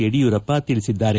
ಯಡಿಯೂರಪ್ಪ ತಿಳಿಸಿದ್ದಾರೆ